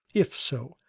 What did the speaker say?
if so,